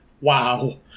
Wow